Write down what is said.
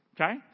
Okay